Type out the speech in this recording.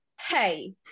Hey